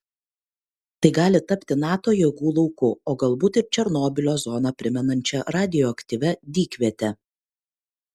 tai gali tapti nato jėgų lauku o galbūt ir černobylio zoną primenančia radioaktyvia dykviete